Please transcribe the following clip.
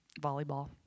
volleyball